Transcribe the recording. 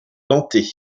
dentées